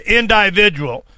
individual